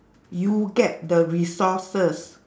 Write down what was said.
you get the resources